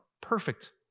perfect